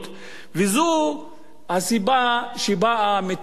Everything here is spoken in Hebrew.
מהסיבה שבאה מתוך מה שנקרא,